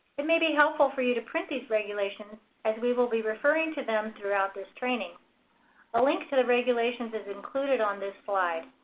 it may be helpful for you to print these regulations as we will be referring to them throughout this training a link to the regulations is included on this slide.